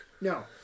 No